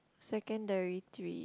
secondary three